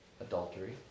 adultery